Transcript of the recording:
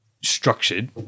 structured